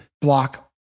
block